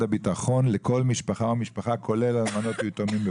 הביטחון לכל משפחה ומשפחה כולל אלמנות ויתומים,